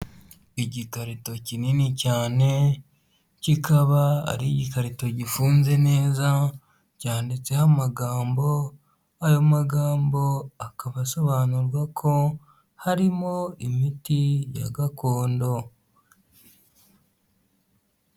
Igikarito kinini cyane kikaba ari ikarito gifunze neza cyanditseho amagambo, ayo magambo akaba asobanurwa ko harimo imiti ya gakondo.